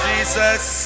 Jesus